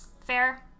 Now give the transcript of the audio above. Fair